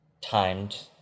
timed